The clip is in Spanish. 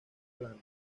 planos